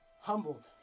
humbled